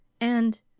And